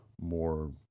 more